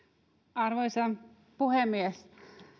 arvoisa puhemies